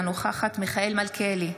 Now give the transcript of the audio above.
אינה נוכחת מיכאל מלכיאלי,